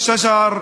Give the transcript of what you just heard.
הערבית).